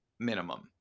Minimum